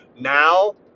Now